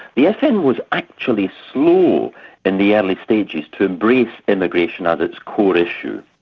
the fn was actually slow in the early stages to embrace immigration as its core issue.